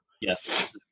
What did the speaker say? Yes